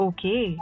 Okay